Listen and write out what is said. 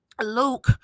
Luke